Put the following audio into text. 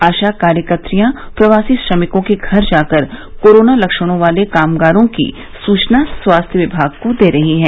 आशा कार्यकत्रियां प्रवासी श्रमिकों के घर जाकर कोरोना लक्षणों वाले कामगारों की सूचना स्वास्थ्य विभाग को दे रही हैं